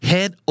Head